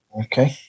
Okay